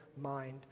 mind